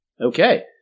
Okay